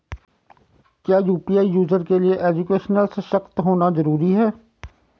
क्या UPI user के लिए एजुकेशनल सशक्त होना जरूरी है?